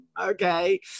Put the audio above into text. okay